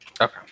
Okay